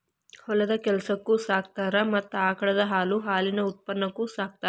ಹೊಲದ ಕೆಲಸಕ್ಕು ಸಾಕತಾರ ಮತ್ತ ಆಕಳದ ಹಾಲು ಹಾಲಿನ ಉತ್ಪನ್ನಕ್ಕು ಸಾಕತಾರ